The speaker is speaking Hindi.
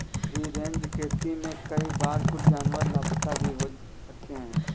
फ्री रेंज खेती में कई बार कुछ जानवर लापता भी हो सकते हैं